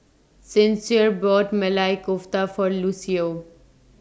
Sincere bought Maili Kofta For Lucio